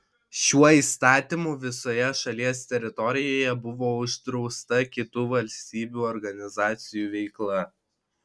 šiuo įstatymu visoje šalies teritorijoje buvo uždrausta kitų valstybių organizacijų veikla